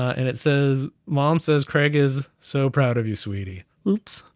and it says, mom says, craig is so proud of you, sweetie. oops,